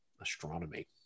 astronomy